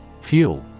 Fuel